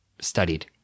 studied